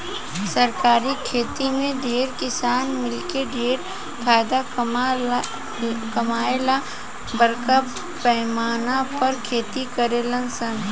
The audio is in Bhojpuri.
सरकारी खेती में ढेरे किसान मिलके ढेर फायदा कमाए ला बरका पैमाना पर खेती करेलन सन